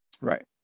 right